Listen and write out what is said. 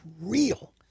real